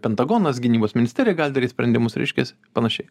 pentagonas gynybos ministerija daryt sprendimus reiškias panašiai